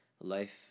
life